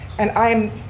and i'm,